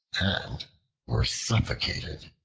and were suffocated.